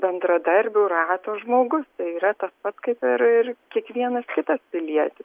bendradarbių rato žmogus tai yra tas pat kaip ir ir kiekvienas kitas pilietis